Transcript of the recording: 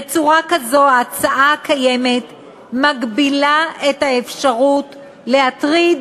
בצורה כזו ההצעה הקיימת מגבילה את האפשרות להטריד